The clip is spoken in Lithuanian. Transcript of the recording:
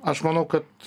aš manau kad